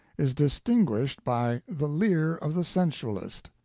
is distinguished by the leer of the sensualist.